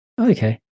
Okay